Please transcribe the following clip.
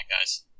guys